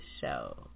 show